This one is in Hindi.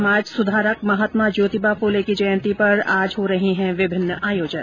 समाज सुधारक महात्मा ज्योतिबा फ़ले की जयंती पर आज हो रहे हैं विभिन्न आयोजन